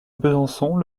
besançon